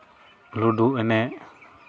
ᱞᱩᱰᱩ ᱮᱱᱮᱡ